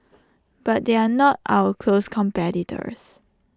but they are not our close competitors